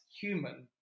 human